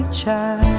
child